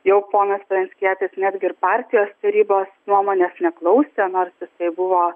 jau ponas pranskietis netgi ir partijos tarybos nuomonės neklausė nors jisai buvo